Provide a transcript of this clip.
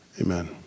amen